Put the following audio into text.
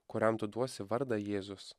kuriam tu duosi vardą jėzus